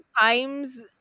times